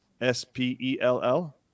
s-p-e-l-l